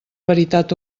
veritat